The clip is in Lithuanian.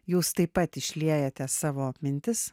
jūs taip pat išliejate savo mintis